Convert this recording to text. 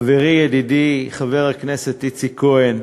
חברי, ידידי, חבר הכנסת איציק כהן,